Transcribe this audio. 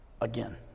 again